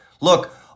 Look